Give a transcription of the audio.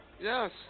Yes